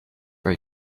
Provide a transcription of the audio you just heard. very